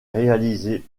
réalisée